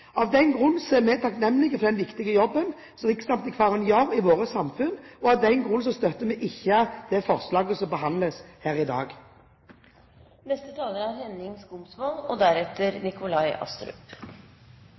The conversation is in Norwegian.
Av den grunn er vi takknemlig for den viktige jobben som riksantikvaren gjør i vårt samfunn. Av den grunn støtter vi ikke det forslaget som behandles her i dag. Jeg vil begynne med å påpeke at representantforslaget i Dokument 8:115 S for 2009–2010 er